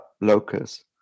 locus